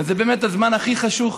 וזה באמת הזמן הכי חשוך,